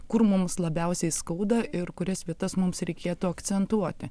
kur mums labiausiai skauda ir kurias vietas mums reikėtų akcentuoti